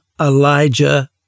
Elijah